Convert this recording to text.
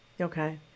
Okay